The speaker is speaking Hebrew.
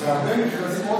הרבה מכרזים,